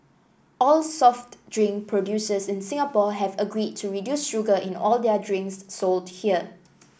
all soft drink producers in Singapore have agreed to reduce sugar in all their drinks sold here